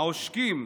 העושקים,